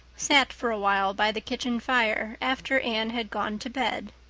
sat for a while by the kitchen fire after anne had gone to bed.